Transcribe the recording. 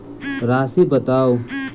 राशि बताउ